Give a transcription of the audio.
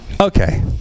Okay